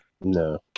No